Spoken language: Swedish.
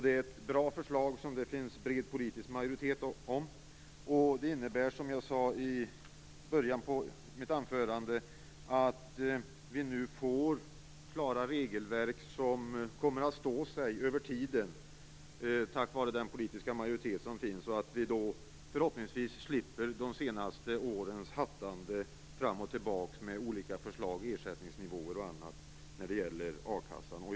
Det är ett bra förslag, som det finns bred politisk majoritet bakom. Det innebär, som jag sade i början av mitt anförande, att vi nu får klara regelverk som kommer att stå sig över tiden, tack vare den politiska majoritet som finns. Förhoppningsvis slipper vi de senaste årens hattande fram och tillbaka med olika förslag, ersättningsnivåer och annat när det gäller akassan.